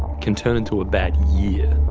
can turn into a bad year,